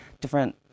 different